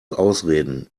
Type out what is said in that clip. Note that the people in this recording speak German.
ausreden